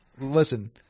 listen